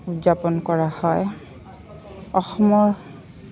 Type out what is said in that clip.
উদযাপন কৰা হয় অসমৰ